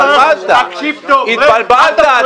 התבלבלת.